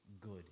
good